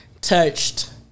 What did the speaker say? touched